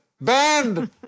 banned